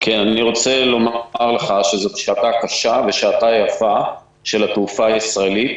אני רוצה לומר לך שזאת שעתה הקשה ושעתה היפה של התעופה הישראלית.